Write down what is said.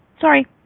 Sorry